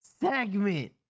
segment